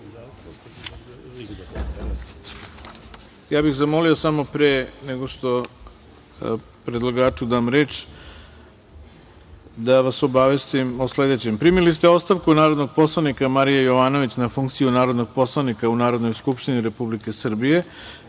stav 4. Poslovnika. Pre nego što predlagaču dam reč, obaveštavam vas o sledećem. Primili ste ostavku narodnog poslanika Marije Jovanović na funkciju narodnog poslanika u Narodnoj skupštini Republike Srbije